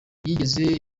zigeze